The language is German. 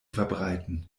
verbreiten